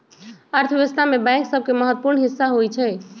अर्थव्यवस्था में बैंक सभके महत्वपूर्ण हिस्सा होइ छइ